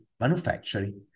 manufacturing